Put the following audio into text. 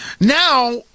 Now